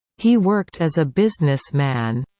he worked as a businessman